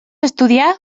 estudiar